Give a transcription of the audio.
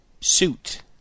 suit